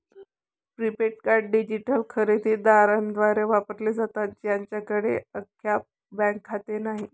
prepaid card digital खरेदी दारांद्वारे वापरले जातात ज्यांच्याकडे अद्याप बँक खाते नाही